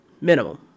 Minimum